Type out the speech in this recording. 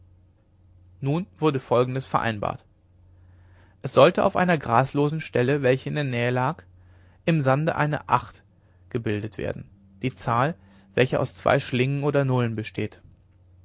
nun wurde folgendes vereinbart es sollte auf einer graslosen stelle welche in der nähe lag im sande eine acht gebildet werden die zahl welche aus zwei schlingen oder nullen besteht